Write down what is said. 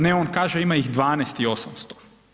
Ne, on kaže ima ih 12 i 800.